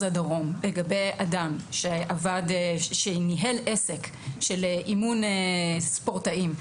הדרום לגבי אדם שניהל עסק של אימון ספורטאים.